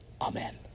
Amen